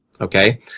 Okay